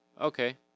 Okay